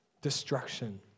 destruction